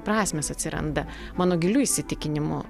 prasmės atsiranda mano giliu įsitikinimu